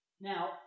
Now